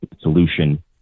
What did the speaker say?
solution